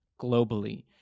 globally